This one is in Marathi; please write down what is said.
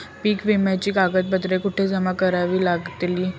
पीक विम्याची कागदपत्रे कुठे जमा करावी लागतील?